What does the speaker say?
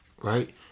Right